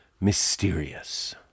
mysterious